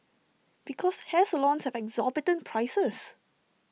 because hair salons have exorbitant prices